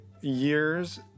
years